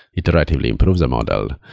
iteratively improve the model.